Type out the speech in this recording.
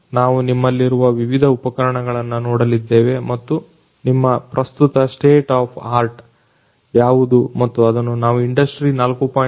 ನಾವು ನಿಮ್ಮಲ್ಲಿರುವ ವಿವಿಧ ಉಪಕರಣಗಳನ್ನ ನೋಡಲಿದ್ದೇವೆ ಮತ್ತು ನಿಮ್ಮ ಪ್ರಸ್ತುತ ಸ್ಟೇಟ್ ಆಫ್ ಆರ್ಟ್ ಯಾವುದು ಮತ್ತು ಅದನ್ನ ನಾವು ಇಂಡಸ್ಟ್ರಿ4